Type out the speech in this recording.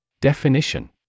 Definition